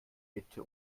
bitte